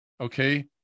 okay